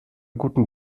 guten